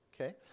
okay